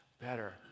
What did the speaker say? better